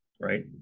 right